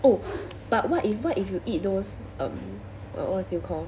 oh but what if what if you eat those um um what is that call